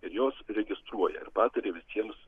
ir jos registruoja ir pataria visiems